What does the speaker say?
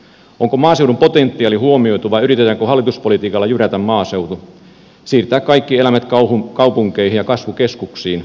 onko maaseudun potentiaali huomioitu vai yritetäänkö hallituspolitiikalla jyrätä maaseutu siirtää kaikki eläimet kaupunkeihin ja kasvukeskuksiin